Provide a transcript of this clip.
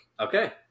Okay